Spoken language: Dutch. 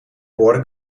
boarden